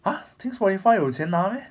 !huh! 听 Spotify 有钱拿 meh